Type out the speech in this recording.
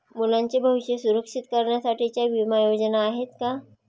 मुलांचे भविष्य सुरक्षित करण्यासाठीच्या विमा योजना आहेत का?